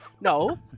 No